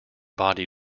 body